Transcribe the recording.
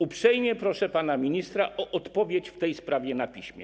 Uprzejmie proszę pana ministra o odpowiedź w tej sprawie na piśmie.